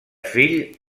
fill